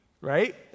right